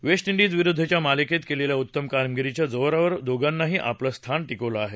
waste इंडिजविरुद्वच्या मालिकेत केलेल्या उत्तम कामगिरीच्या जोरावर दोघांनीही आपलं स्थान टिकवलं आहे